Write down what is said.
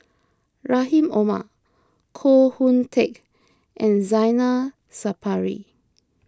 Rahim Omar Koh Hoon Teck and Zainal Sapari